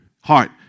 Heart